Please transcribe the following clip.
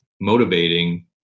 motivating